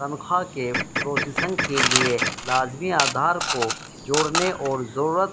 تنخواہ کے پروسیسگ کے لیے لازمی آدھار کو جوڑنے اور ضرورت